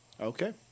Okay